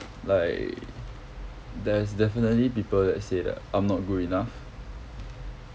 like there's definitely people that say that I'm not good enough